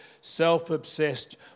self-obsessed